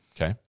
Okay